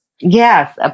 Yes